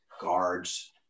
guards